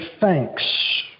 thanks